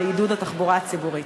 לעידוד התחבורה הציבורית.